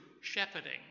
shepherding